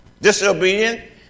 disobedient